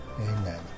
Amen